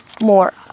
more